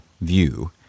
view